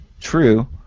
true